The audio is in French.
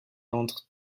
entre